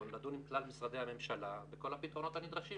לדון עם כלל משרדי הממשלה הרלוונטיים בפתרונות הנדרשים.